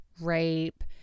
rape